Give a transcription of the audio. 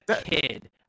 kid